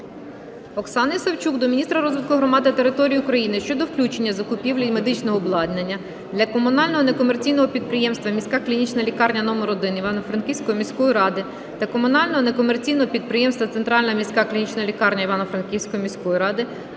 Оксани Савчук до міністра розвитку громад та територій України щодо включення закупівлі медичного обладнання для комунального некомерційного підприємства "Міська клінічна лікарні №1 Івано-Франківської міської ради" та комунального некомерційного підприємства "Центральна міська клінічна лікарня Івано-Франківської міської ради"